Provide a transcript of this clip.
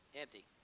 empty